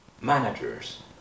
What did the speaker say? managers